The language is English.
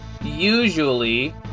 usually